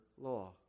law